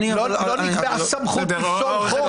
לא נקבעה סמכות לפסול חוק.